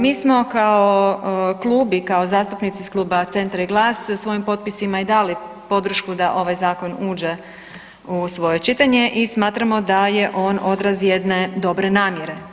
Mi smo kao klub i kao zastupnici iz Centra i Glas svojim potpisima i dali podršku da ovaj zakon uđe u svoje čitanje i smatramo da je on odraz jedne dobre namjere.